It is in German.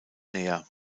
näher